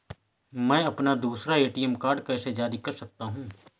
मैं अपना दूसरा ए.टी.एम कार्ड कैसे जारी कर सकता हूँ?